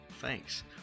Thanks